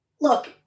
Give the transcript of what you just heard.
look